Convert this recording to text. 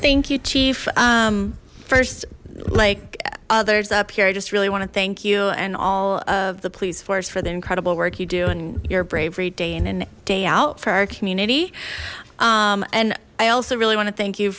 thank you chief first like others up here i just really want to thank you and all of the police force for the incredible work you do and your bravery day in and day out for our community and i also really want to thank you